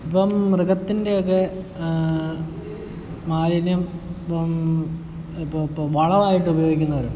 ഇപ്പം മൃഗത്തിൻ്റെയൊക്കെ മാലിന്യം ഇപ്പം ഇപ്പം ഇപ്പം വളമായിട്ട് ഉപയോഗിക്കുന്നവരുണ്ട്